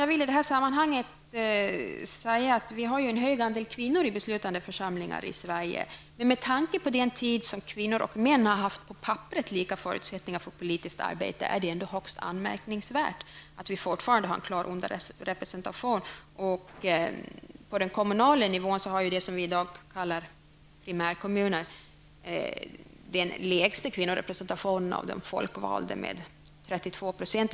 Jag vill i detta sammanhang säga att vi i Sverige har en stor andel kvinnor i beslutande församlingar. Men med tanke på den tid som kvinnor och män på papperet har haft lika förutsättningar för politiskt arbete är det ändå högst anmärkningsvärt att kvinnor fortfarande är klart underrepresenterade. Och på den kommunala nivån har man i det som vi i dag kallar primärkommuner den lägsta kvinnorepresentationen bland folkvalda, nämligen 32 %.